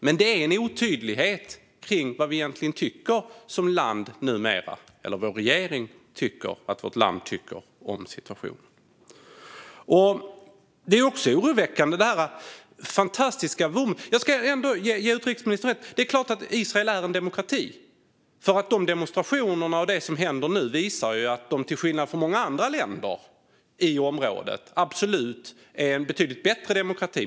Men det finns en otydlighet i vad regeringen, och därmed vi som land, tycker om rådande situation. Jag ger utrikesministern rätt i att Israel är en demokrati. De demonstrationer med mera som händer nu visar att Israel till skillnad från många andra länder i området är en riktig demokrati.